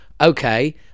okay